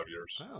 years